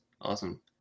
awesome